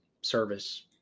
service